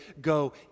go